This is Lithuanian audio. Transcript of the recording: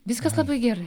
viskas labai gerai